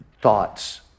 thoughts